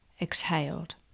exhaled